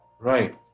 Right